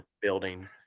building